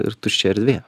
ir tuščia erdvė